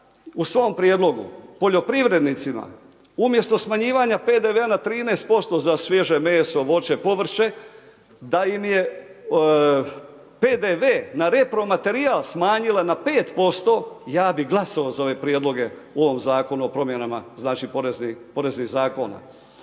u svom prijedlogu poljoprivrednicima umjesto smanjivanja PDV-a na 13% za svježe meso, voće, povrće, da im je PDV na repromaterijal smanjila na 5%, ja bih glasovao za ove prijedloge u ovom zakonu o promjenama znači, poreznih zakona.